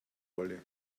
wolle